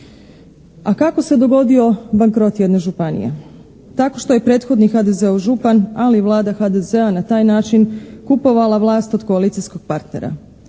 A kako se dogodio bankrot jedne županije? Tako što je prethodni HDZ-ov župan, ali i Vlada HDZ-a na taj način kupovala vlast od koalicijskog partnera.